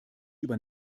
über